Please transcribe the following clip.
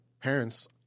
parents